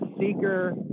Seeker